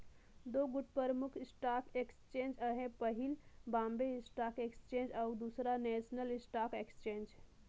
दुगोट परमुख stock exchange अहे पहिल बॉम्बे स्टाक एक्सचेंज अउ दूसर नेसनल स्टॉक एक्सचेंज